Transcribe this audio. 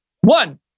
one